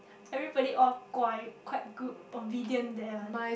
everybody all 乖 quite good obedient there one